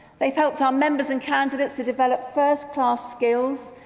they've helped our members and candidates to develop first-class skills,